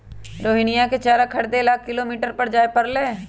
रोहिणीया के चारा खरीदे ला दो किलोमीटर जाय पड़लय